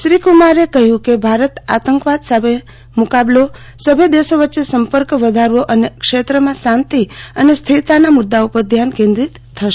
શ્રી કુમારે કહ્યું કે ભારત આતંકવાદ સામે મુકાબલો સભ્ય દેશો વચ્ચે સંપર્ક વધારવો અને ક્ષેત્રમાં શાંતિ અને સ્થિરતા પર ના મદદા પર ધ્યાન કેન્દ્રીત થશે